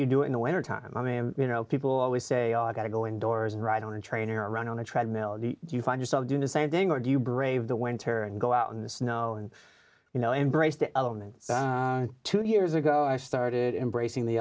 you do in the winter time i mean you know people always say oh i got to go indoors and ride on a train or run on a treadmill or do you find yourself doing the same thing or do you brave the winter and go out in the snow and you know embrace the elements two years ago i started embracing the